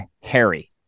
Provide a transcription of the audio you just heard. Harry